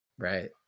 Right